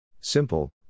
Simple